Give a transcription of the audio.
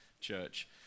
church